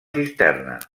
cisterna